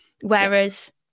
whereas